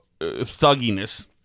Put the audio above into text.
thugginess